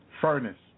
furnace